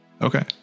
okay